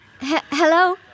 Hello